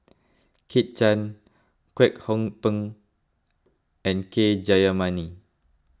Kit Chan Kwek Hong Png and K Jayamani